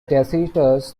tacitus